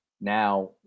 Now